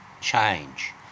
change